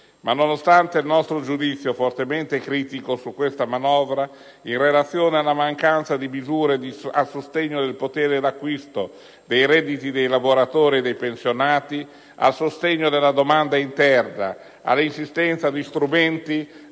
Ma nonostante il nostro giudizio fortemente critico su questa manovra, in relazione alla mancanza di misure a sostegno del potere d'acquisto del redditi dei lavoratori e dei pensionati, a sostegno della domanda interna, in relazione all'inesistenza di strumenti